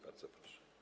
Bardzo proszę.